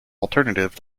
alternative